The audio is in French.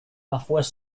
parfois